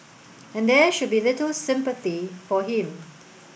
and there should be little sympathy for him